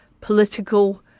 political